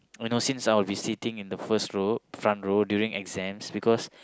you know since I be sitting first row front row during exams because